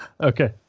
Okay